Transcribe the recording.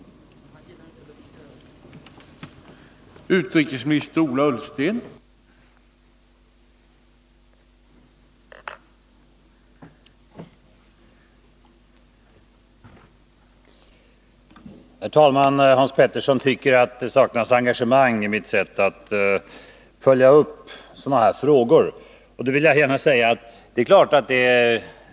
27 april 1981